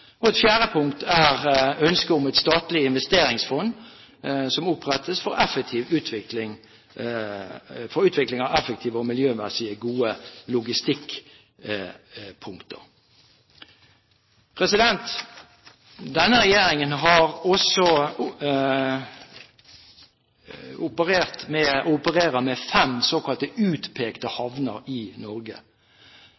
Et fjerde punkt er ønsket om et statlig investeringsfond, som opprettes for utvikling av effektive og miljømessig gode logistikkpunkter. Denne regjeringen